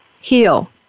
heal